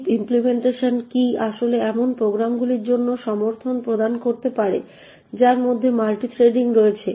heap implementation কি আসলে এমন প্রোগ্রামগুলির জন্য সমর্থন প্রদান করতে পারে যার মধ্যে মাল্টিথ্রেডিং রয়েছে